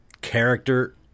character